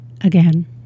again